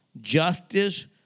justice